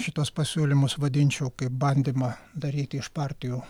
šituos pasiūlymus vadinčiau kaip bandymą daryti iš partijų